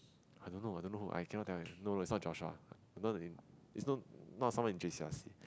I don't know I don't know who I cannot tell you no no its not Joshua not in its not someone in J_C_R_C